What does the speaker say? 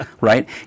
right